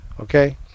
okay